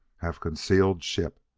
have concealed ship.